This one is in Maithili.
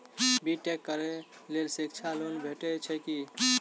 बी टेक करै लेल शिक्षा लोन भेटय छै की?